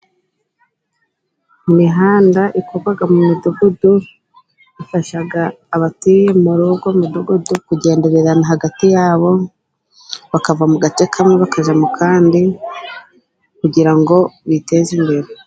Imihanda ikorwa mu midugudu, ifasha abatuye mu rugo midugudu kugendererana hagati yabo, bakava mu gace kamwe bakajya mu kandi kugira ngo biteze imbere.